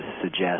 suggest